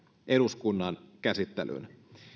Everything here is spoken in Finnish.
eduskunnan käsittelyyn